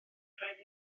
rhaid